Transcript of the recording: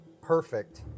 perfect